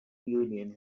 union